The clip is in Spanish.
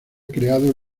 creado